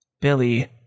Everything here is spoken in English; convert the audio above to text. Billy